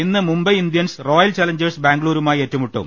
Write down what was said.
ഇന്ന് Mumbai Indians Royal Challengers ബാംഗ്ലൂരുമാ യി ഏറ്റുമുട്ടും